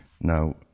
Now